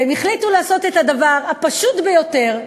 והן החליטו לעשות את הדבר הפשוט ביותר,